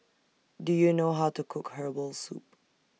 Do YOU know How to Cook Herbal Soup